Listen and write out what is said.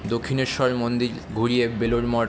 দক্ষিণেশ্বর মন্দির ঘুরিয়ে বেলুড়মঠ